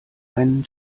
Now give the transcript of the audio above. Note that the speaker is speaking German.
einen